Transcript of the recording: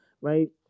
right